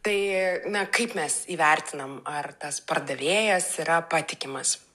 tai na kaip mes įvertinam ar tas pardavėjas yra patikimas